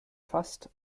fast